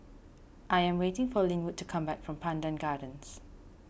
I am waiting for Lynwood to come back from Pandan Gardens